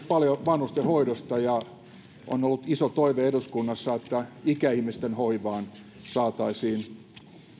paljon myös vanhustenhoidosta ja on ollut iso toive eduskunnassa että ikäihmisten hoivaan saataisiin